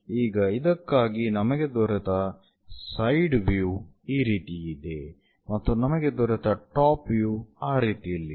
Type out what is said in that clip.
ಈಗ ಇದಕ್ಕಾಗಿ ನಮಗೆ ದೊರೆತ ಸೈಡ್ ವ್ಯೂ ಈ ರೀತಿ ಇದೆ ಮತ್ತು ನಮಗೆ ದೊರೆತ ಟಾಪ್ ವ್ಯೂ ಆ ರೀತಿಯಲ್ಲಿದೆ